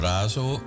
Razo